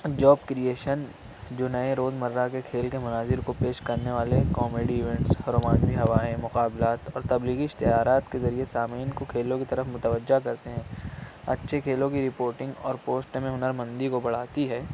job creation جو نئے روزمرہ کے کھیل کے مناظر کو پیش کرنے والے کومیڈی ایونٹس اور رومانوی ہوائیں مقابلات اور تبلیغی اشتہارات کے ذریعے سامعین کو کھیلوں کی طرف متوجہ کرتے ہیں اچھے کھیلوں کی رپورٹنگ اور پوسٹ میں ہنرمندی کو بڑھاتی ہے